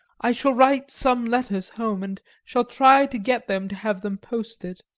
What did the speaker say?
i shall write some letters home, and shall try to get them to have them posted.